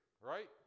right